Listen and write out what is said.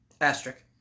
Asterisk